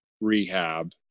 rehab